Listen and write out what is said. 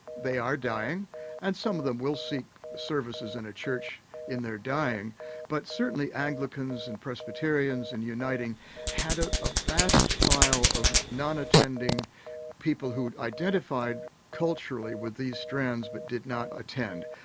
they are dying and some of them will seek services in a church in their dying but certainly anglicans and presbyterians and uniting had ah a vast pile of non-attending people who identified culturally with these strands but did not attend.